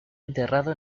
enterrado